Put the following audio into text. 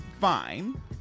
Fine